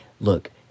Look